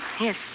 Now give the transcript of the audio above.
Yes